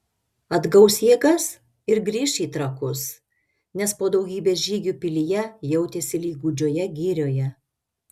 atgaus jėgas ir grįš į trakus nes po daugybės žygių pilyje jautėsi lyg gūdžioje girioje